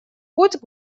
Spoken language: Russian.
путь